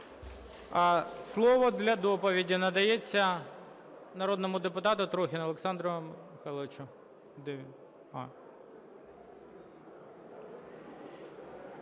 Слово для доповіді надається народному депутату Трухіну Олександру Миколайовичу.